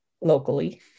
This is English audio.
locally